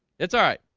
it's all right